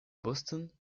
boston